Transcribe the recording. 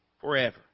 forever